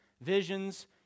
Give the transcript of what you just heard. visions